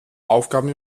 aufgaben